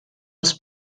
els